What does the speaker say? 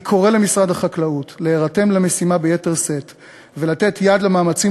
אני קורא למשרד החקלאות להירתם למשימה ביתר שאת ולתת יד למאמצים